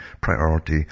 priority